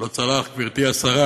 צלח, גברתי השרה.